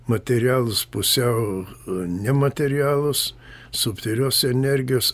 materialūs pusiau nematerialūs subtilios energijos